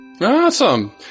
Awesome